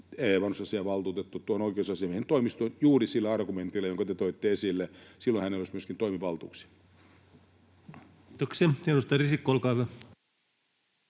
vanhusasiainvaltuutettu tuohon oikeusasiamiehen toimistoon juuri sillä argumentilla, jonka te toitte esille. Silloin hänellä olisi myöskin toimivaltuuksia. [Speech 185] Speaker: